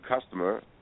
customer